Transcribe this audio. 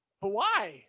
Hawaii